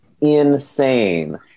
insane